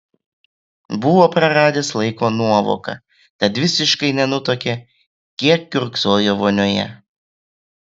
buvo praradęs laiko nuovoką tad visiškai nenutuokė kiek kiurksojo vonioje